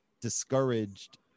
discouraged